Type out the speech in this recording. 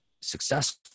successful